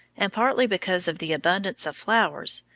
and partly because of the abundance of flowers,